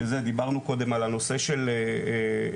דיברנו קודם על הנושא של אכזריות,